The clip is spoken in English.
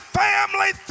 family